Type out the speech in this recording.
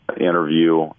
interview